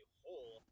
whole